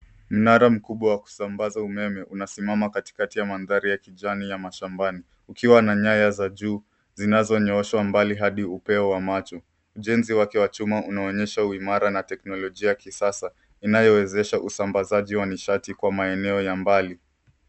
Mnara mkubwa wa kusambaza umeme unasimama katikati ya mandhari ya kijani ya mashambani ukiwa na nyaya za juu zinazonyooshwa mbali hadi upeo wa macho. Ujenzi wake wa chuma unaonyesha uimara na teknolojia ya kisasa inayowezesha usambazaji wa nishati kwa maeneo ya mbali.